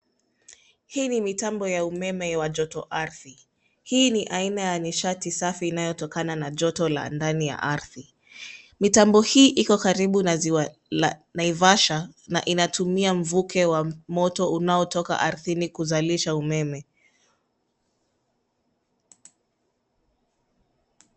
Hii ni mitambo ya umeme wa joto ardhi. Hii ni aina ya nishati safi inayotokana na joto la ndani ya ardhi. Mitambo hii iko karibu na ziwa la Naivasha na inatumia mvuke wa moto unaotoka ardhini kuzalisha umeme.